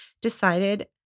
decided